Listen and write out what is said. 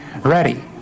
ready